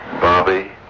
Bobby